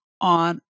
on